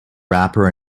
rapper